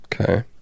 Okay